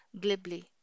glibly